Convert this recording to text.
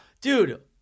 dude